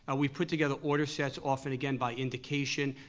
ah we've put together order sets often, again, by indication,